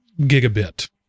gigabit